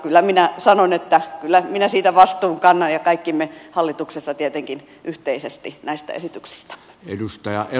kyllä minä sanon että kyllä minä siitä vastuun kannan ja kaikki me hallituksessa tietenkin yhteisesti näistä esityksistämme